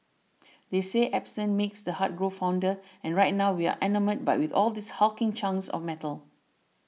they say absence makes the heart grow fonder and right now we are enamoured but with all these hulking chunks of metal